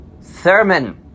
Thurman